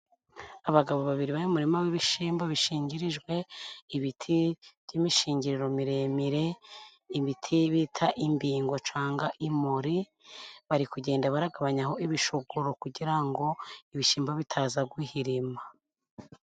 Abagabo babiri bari mu murima w'ibishimbo, bishingirijwe ibiti by'imishingiriro miremire, ibiiti bita imbingo canga imuri, bari kugenda baragabanyaho imishogororo kugira ngo ibishyimbo bitaza guhirima.